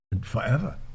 forever